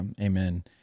Amen